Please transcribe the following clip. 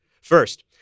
First